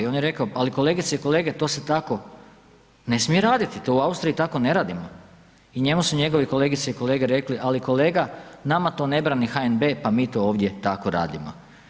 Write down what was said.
I on je rekao ali kolegice i kolege to se tako ne smije raditi, to u Austriji tako ne radimo i njemu su njegovi kolegice i kolege rekli, ali kolega nama to ne brani HNB pa mi to ovdje tako radimo.